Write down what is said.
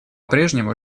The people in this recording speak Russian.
прежнему